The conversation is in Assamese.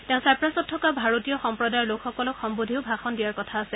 তেওঁ ছাইপ্ৰাছত থকা ভাৰতীয় সম্প্ৰদায়ৰ লোকসকলক সম্নোধিও ভাষণ দিয়াৰ কথা আছে